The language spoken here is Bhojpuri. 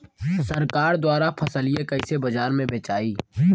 सरकार द्वारा फसलिया कईसे बाजार में बेचाई?